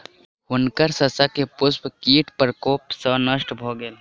हुनकर शस्यक पुष्प कीट प्रकोप सॅ नष्ट भ गेल